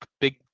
big